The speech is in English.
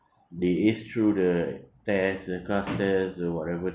they ace through the test the class test or whatever